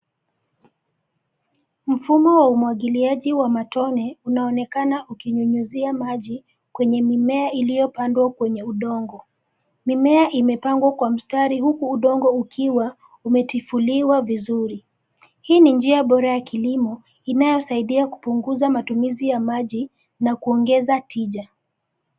Mfumo wa umwagiliaji wa matone unaonekana ukinyunyuzia maji, kwenye mimea iliyopandwa kwenye udongo, mimea imepangwa kwa mstari huku udongo ukiwa, umetifuliwa vizuri, hii ni njia bora ya kilimo, inayosaidia kupunguza matumizi ya maji, na kuongeza tija.